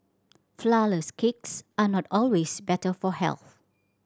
flourless cakes are not always better for health